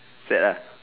sad ah